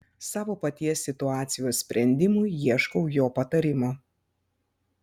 savo paties situacijos sprendimui ieškau jo patarimo